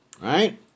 Right